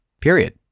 Period